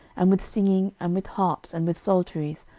and with singing, and with harps, and with psalteries,